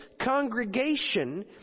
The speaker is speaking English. congregation